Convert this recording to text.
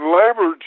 labor